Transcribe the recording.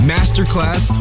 Masterclass